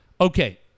Okay